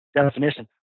definition